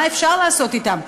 מה אפשר לעשות אתם?